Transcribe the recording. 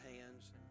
hands